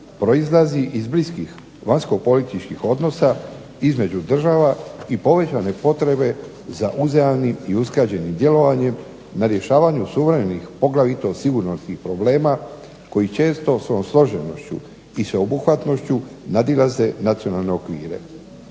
proizlazi iz bliskih vanjsko-političkih odnosa između država i povećane potrebe za uzajamnim i usklađenim djelovanjem na rješavanju suvremenih poglavito sigurnosnih problema koji često svojom složenošću i sveobuhvatnošću nadilaze nacionalne okvire.